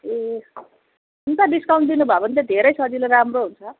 ए हुन्छ डिस्काउन्ट दिनुभयो भने त धेरै सजिलो राम्रो हुन्छ